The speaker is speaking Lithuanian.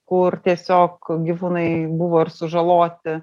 kur tiesiog gyvūnai buvo ir sužaloti